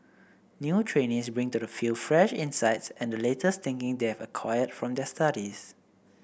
new trainees bring to the field fresh insights and the latest thinking they have acquired from their studies